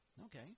Okay